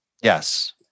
Yes